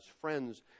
friends